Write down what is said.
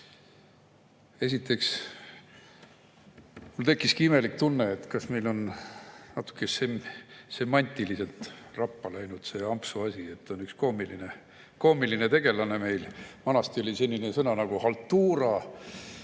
Esiteks, mul tekkis imelik tunne, kas meil on natuke semantiliselt rappa läinud see ampsuasi, see on üks koomiline tegelane meil. Vanasti oli selline sõna nagu "haltuura",